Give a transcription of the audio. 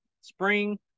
spring